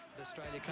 Australia